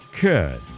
Good